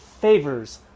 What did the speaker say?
favors